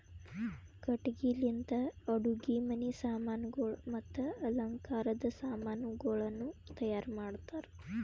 ಕಟ್ಟಿಗಿ ಲಿಂತ್ ಅಡುಗಿ ಮನಿ ಸಾಮಾನಗೊಳ್ ಮತ್ತ ಅಲಂಕಾರದ್ ಸಾಮಾನಗೊಳನು ತೈಯಾರ್ ಮಾಡ್ತಾರ್